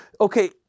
okay